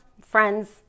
friends